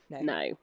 no